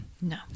no